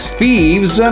thieves